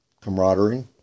camaraderie